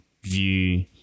view